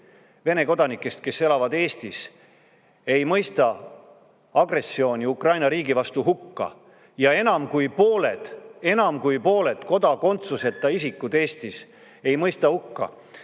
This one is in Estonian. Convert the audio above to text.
Vene kodanikest, kes elavad Eestis, ei mõista agressiooni Ukraina riigi vastu hukka ja enam kui pooled – enam kui pooled! – kodakondsuseta isikud Eestis ei mõista hukka